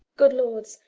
good lords,